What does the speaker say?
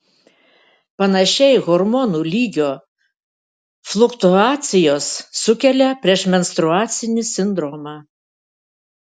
panašiai hormonų lygio fluktuacijos sukelia priešmenstruacinį sindromą